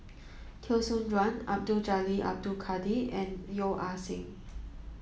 Teo Soon Chuan Abdul Jalil Abdul Kadir and Yeo Ah Seng